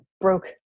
broke